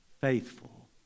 faithful